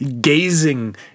gazing